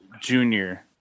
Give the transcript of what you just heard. Junior